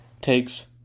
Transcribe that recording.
takes